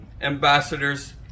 ambassadors